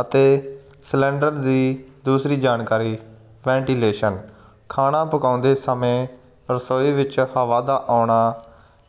ਅਤੇ ਸਿਲੰਡਰ ਦੀ ਦੂਸਰੀ ਜਾਣਕਾਰੀ ਵੈਂਟੀਲੇਸ਼ਨ ਖਾਣਾ ਪਕਾਉਂਦੇ ਸਮੇਂ ਰਸੋਈ ਵਿੱਚ ਹਵਾ ਦਾ ਆਉਣਾ